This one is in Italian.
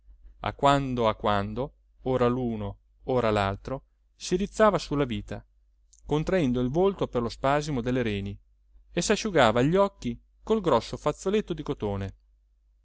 a quando a quando ora l'uno ora l'altro si rizzava sulla vita contraendo il volto per lo spasimo delle reni e s'asciugava gli occhi col grosso fazzoletto di cotone